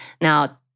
Now